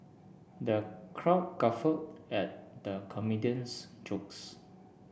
the crowd guffaw at the comedian's jokes